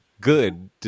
good